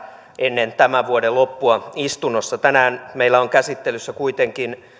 ennen tämän vuoden loppua istunnossa tänään meillä on käsittelyssä kuitenkin